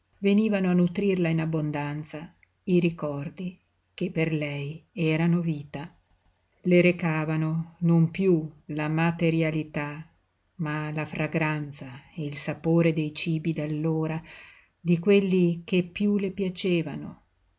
venivano a nutrirla in abbondanza i ricordi che per lei erano vita le recavano non piú la materialità ma la fragranza e il sapore dei cibi d'allora di quelli che piú le piacevano